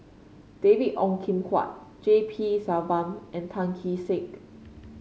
David Ong Kim Huat G P Selvam and Tan Kee Sek